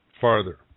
farther